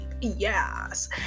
Yes